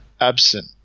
absent